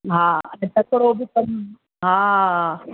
हा तकिड़ो बि कई हा